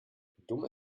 dumm